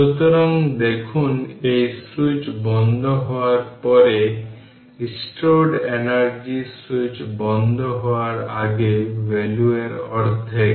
সুতরাং দেখুন যে সুইচ বন্ধ হওয়ার পরে স্টোরড এনার্জি সুইচ বন্ধ হওয়ার আগে ভ্যালু এর অর্ধেক